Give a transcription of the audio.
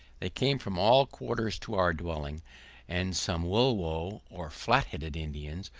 they came from all quarters to our dwelling and some woolwow, or flat-headed indians,